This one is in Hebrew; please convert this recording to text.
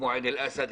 כמו עין-אל-אסאד,